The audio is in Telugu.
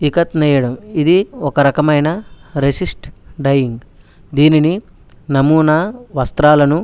ఇక్కత్ నేయడం ఇది ఒకరకమైన రెసిస్ట్ డైయింగ్ దీనిని నమూనా వస్త్రాలను